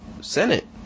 Senate